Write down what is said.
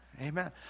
Amen